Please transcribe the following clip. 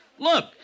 Look